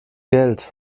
geld